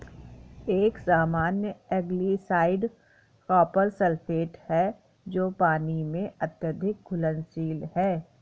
एक सामान्य algicide copper sulphate है जो पानी में अत्यधिक घुलनशील है